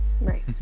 right